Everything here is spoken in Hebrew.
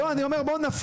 לא, אני אומר, בואו נפריז.